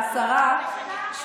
השרה,